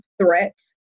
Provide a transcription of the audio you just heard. threats